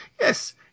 yes